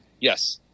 Yes